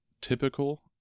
typical